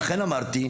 לכן אמרתי,